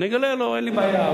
אני אגלה לו, אין לי בעיה.